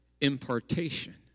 impartation